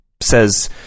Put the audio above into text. says